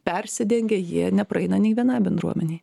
persidengia jie nepraeina nei vienai bendruomenei